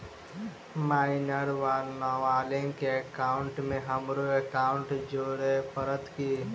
Minor वा नबालिग केँ एकाउंटमे हमरो एकाउन्ट जोड़य पड़त की?